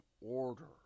order